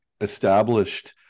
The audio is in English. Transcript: established